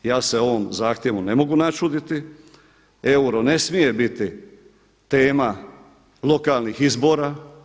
Ja se ovom zahtjevu ne mogu načuditi, euro ne smije biti tema lokalnih izbora.